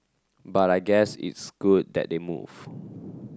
but I guess it's good that they move